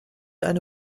eine